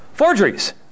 forgeries